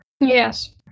Yes